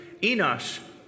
Enosh